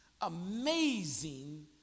amazing